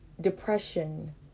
depression